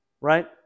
Right